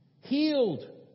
healed